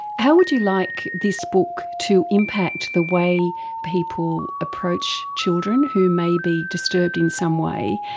how would you like this book to impact the way people approach children who may be disturbed in some way,